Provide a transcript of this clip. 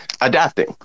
adapting